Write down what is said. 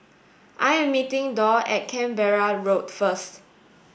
I am meeting Dorr at Canberra Road first